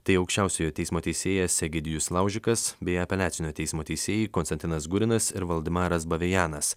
tai aukščiausiojo teismo teisėjas egidijus laužikas bei apeliacinio teismo teisėjai konstantinas gurinas ir valdemaras bavejenas